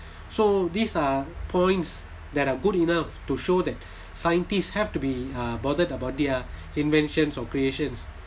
so these are points that are good enough to show that scientists have to be uh bothered about their inventions or creations